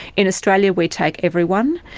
in australia we take everyone.